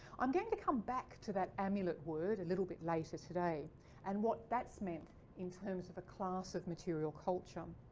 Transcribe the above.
i'm going to come back to that amulet word a little bit later today and what that's meant in terms of a class of material culture. um